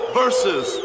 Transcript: versus